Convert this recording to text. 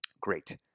Great